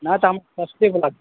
नहि तऽ हम सस्ते वला कीनब